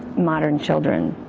modern children.